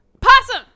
Possum